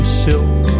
silk